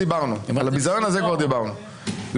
לחשוב שיש כאן הצעת חוק שבלעדיה הממשלה